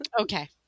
Okay